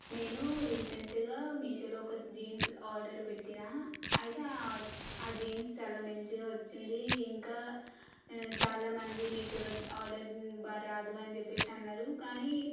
నేను రీసెంట్గా మీషోలో ఒక జీన్స్ ఆర్డర్ పెట్టాను అయితే ఆ ఆ జీన్స్ చాలా మంచిగా వచ్చింది ఇంకా చాలా మంది మీషోలో ఆర్డర్ బాగా రాదు అని చెప్పేసి అన్నారు కానీ